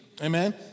Amen